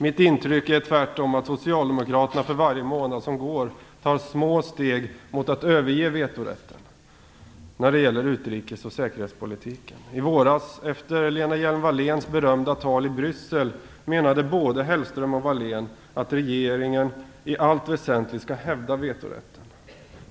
Mitt intryck är tvärtom att socialdemokraterna för varje månad som går tar små steg mot att överge vetorätten när det gäller utrikes och säkerhetspolitiken. I våras, efter Lena Hjelm-Walléns berörda tal i Bryssel, menade både Hellström och Hjelm-Wallén att regeringen i allt väsentligt skulle hävda vetorätten.